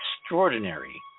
extraordinary